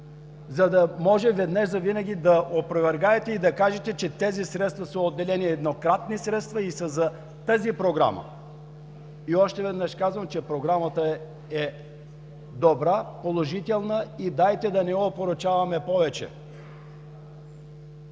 за да може веднъж завинаги да опровергаете и да кажете, че това са еднократни средства и са за тази Програма. Още веднъж казвам, че Програмата е добра и положителна. Дайте да не я опорочаваме повече.